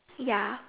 ya